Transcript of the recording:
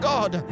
God